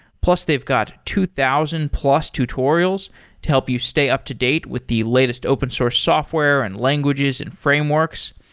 plus they've got two thousand plus tutorials to help you stay up-to-date with the latest open source software and languages and frameworks.